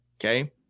Okay